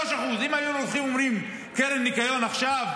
3%. אם היינו הולכים ואומרים: קרן ניקיון עכשיו,